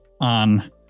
on